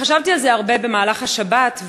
חשבתי על זה הרבה במהלך השבת,